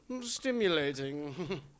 stimulating